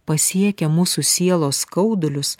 pasiekia mūsų sielos skaudulius